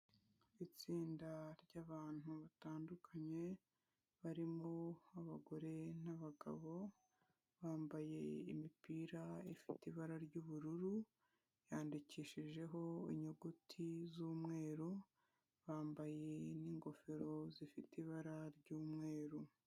Itsinda ry'abantu batandukanye, barimo abagore n'abagabo, bambaye imipira ifite ibara ry'ubururu, yandikishijeho inyuguti z'umweru, bambaye n'ingofero zifite ibara ry'umweru.